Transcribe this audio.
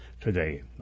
today